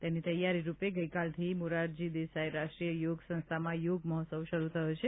તેની તૈયારીરૂપે ગઇકાલથી મોરારજી દેસાઇ રાષ્ટ્રીય યોગ સંસ્થામાં યોગ મહોત્સવ શરૂ થયો છે